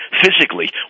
physically